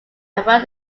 around